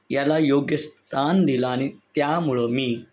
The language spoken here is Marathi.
याला योग्य स्थान दिला आणि त्यामुळं मी